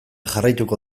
jarraituko